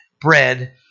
bread